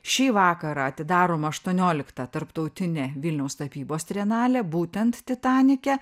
šį vakarą atidaroma aštuoniolikta tarptautinė vilniaus tapybos trienalė būtent titanike